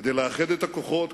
כדי לאחד את הכוחות,